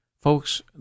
Folks